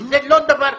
זה לא דבר קל.